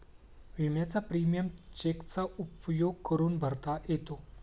विम्याचा प्रीमियम चेकचा उपयोग करून भरता येतो